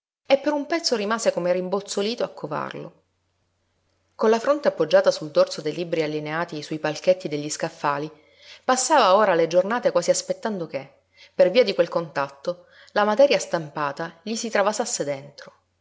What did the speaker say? e per un pezzo rimase come rimbozzolito a covarlo con la fronte appoggiata sul dorso dei libri allineati sui palchetti degli scaffali passava ora le giornate quasi aspettando che per via di quel contatto la materia stampata gli si travasasse dentro